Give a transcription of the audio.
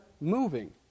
moving